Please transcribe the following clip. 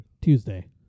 Tuesday